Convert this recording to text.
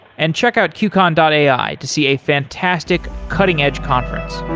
and check out qcon and ai to see a fantastic cutting-edge conference.